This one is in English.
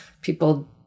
people